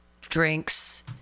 drinks